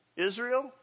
Israel